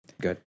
Good